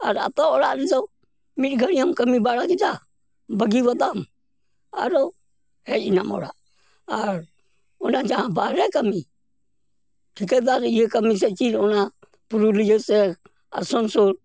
ᱟᱨ ᱟᱛᱚ ᱚᱲᱟᱜ ᱨᱮᱫᱚ ᱢᱤᱫ ᱜᱷᱟᱹᱲᱤᱜ ᱮᱢ ᱠᱟᱹᱢᱤ ᱵᱟᱲᱟ ᱠᱮᱫᱟ ᱵᱟᱜᱤᱣᱟᱫᱟᱢ ᱟᱨᱚ ᱦᱮᱡ ᱮᱱᱟᱢ ᱚᱲᱟᱜ ᱟᱨ ᱚᱱᱟ ᱡᱟᱦᱟᱸ ᱵᱟᱦᱨᱮ ᱠᱟᱹᱢᱤ ᱴᱷᱤᱠᱟᱹᱫᱟᱨ ᱤᱭᱟᱹ ᱠᱟᱹᱢᱤ ᱥᱮ ᱪᱮᱫ ᱚᱱᱟ ᱯᱩᱨᱩᱞᱤᱭᱟᱹ ᱥᱮ ᱟᱥᱟᱱᱥᱳᱞ